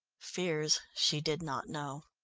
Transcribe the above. fears she did not know.